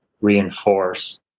reinforce